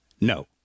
No